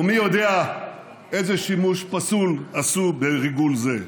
ומי יודע איזה שימוש פסול עשו בריגול זה,